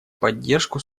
поддержку